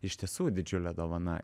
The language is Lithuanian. iš tiesų didžiulė dovana